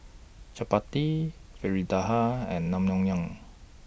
Chapati Fritada and Naengmyeon